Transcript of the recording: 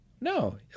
no